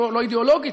לא אידיאולוגית.